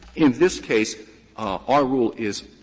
in this case our rule is